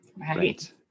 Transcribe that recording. Right